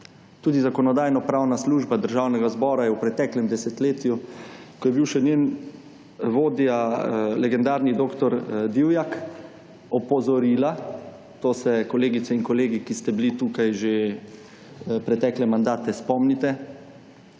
Tudi Zakonodajno-pravna služba Državnega zbora je v pretekle desetletju, ko je bil še njen vodja legendarni dr. Divjak, opozorila, to se kolegice in kolegi, ki ste bili tukaj že pretekle mandate, spomnite,